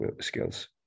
skills